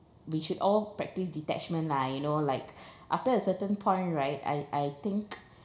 we should all practice detachment lah you know like after a certain point right I I think